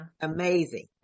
Amazing